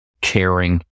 caring